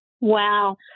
Wow